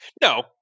No